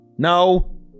No